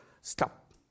stop